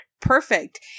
Perfect